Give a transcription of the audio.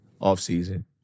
off-season